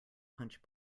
punch